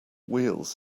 wheels